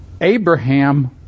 Abraham